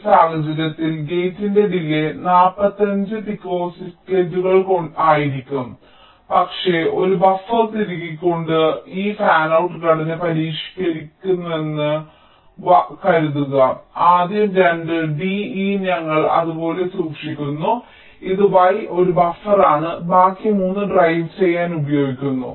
ഈ സാഹചര്യത്തിൽ ഗേറ്റിന്റെ ഡിലേയ് 45 പിക്കോസെക്കൻഡുകൾ ആയിരിക്കും പക്ഷേ ഒരു ബഫർ തിരുകിക്കൊണ്ട് ഞങ്ങൾ ഈ ഫാനൌട്ട് ഘടന പരിഷ്കരിക്കുന്നുവെന്ന് കരുതുക ആദ്യം രണ്ട് d e ഞങ്ങൾ അത് പോലെ സൂക്ഷിക്കുന്നു ഇത് y ഒരു ബഫർ ആണ് ബാക്കി മൂന്ന് ഡ്രൈവ് ചെയ്യാൻ ഉപയോഗിക്കുന്നു